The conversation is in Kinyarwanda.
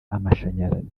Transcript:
amashanyarazi